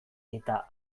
eta